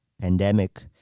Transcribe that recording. pandemic